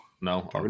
no